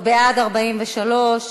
התוצאות: בעד, 43,